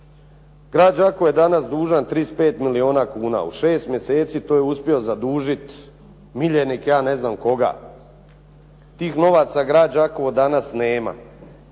Grad Đakovo je danas dužan 35 milijuna kuna. U 6 mjeseci to je uspio zadužiti miljenik ja ne znam koga. Tih novaca grad Đakovo danas nema.